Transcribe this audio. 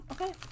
okay